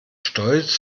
stolz